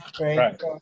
right